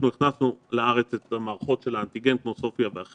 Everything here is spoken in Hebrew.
אנחנו הכנסנו לארץ את מערכות של האנטיגן כמו: סופיה ואחרות.